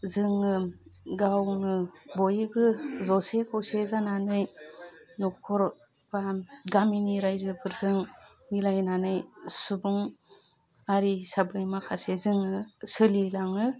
जोङो गावनो बयबो ज'से ख'से जानानै न'खर गामिनि रायजोफोरजों मिलायनानै सुबुं हारि हिसाबै माखासे जोङो सोलिलाङो